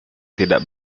tidak